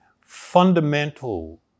fundamental